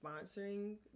sponsoring